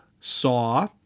saw